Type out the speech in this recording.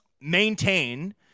maintain